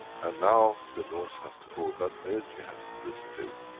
and now the noise has to go, that energy has to dissipate.